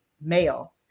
male